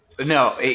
No